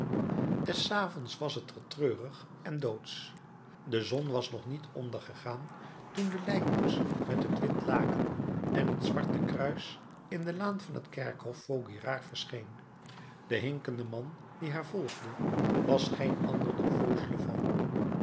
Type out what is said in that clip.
des avonds was t er treurig en doodsch de zon was nog niet ondergegaan toen de lijkkoets met het wit laken en het zwarte kruis in de laan van het kerkhof vaugirard verscheen de hinkende man die haar volgde was geen ander dan fauchelevent